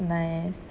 nice